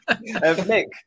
Nick